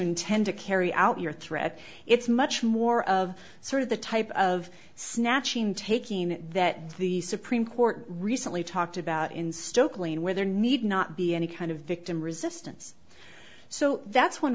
intend to carry out your threat it's much more of sort of the type of snatching taking that the supreme court recently talked about in stokely where there need not be any kind of victim resistance so that's one